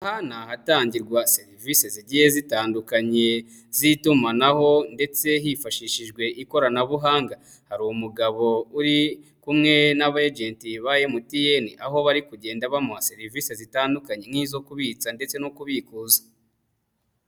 Aha ni ahatangirwa serivise zigiye zitandukanye z'itumanaho ndetse hifashishijwe ikoranabuhanga, hari umugabo uri kumwe n'abejenti ba MTN aho bari kugenda bamuha serivise zitandukanye nk'izo kubitsa ndetse no kubikuza.